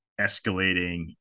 escalating